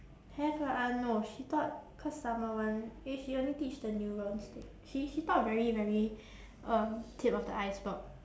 have lah uh no she taught cause summer one eh she only teach the neurons thing she she talk very very um tip of the iceberg